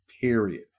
Period